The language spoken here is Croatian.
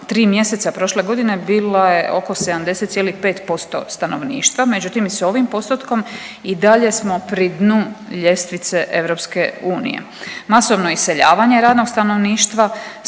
3 mjeseca prošle godine bila je oko 70,5% stanovništva međutim i s ovim postotkom i dalje smo pri dnu ljestvice EU. Masovno iseljavanje radnog stanovništva